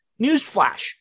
Newsflash